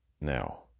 now